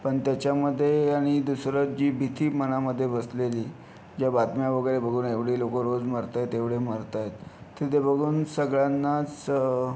पण त्याच्यामध्ये आणि दुसरं जी भीती मनामध्ये बसलेली ज्या बातम्या वगैरे बघून एवढी लोकं रोज मरत आहेत एवढे मरत आहेत ते ते बघून सगळ्यांनाच